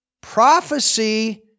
prophecy